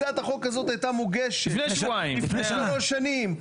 הצעת החוק הזאת הייתה מוגשת לפני שלוש שנים,